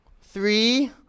Three